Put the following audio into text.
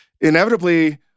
inevitably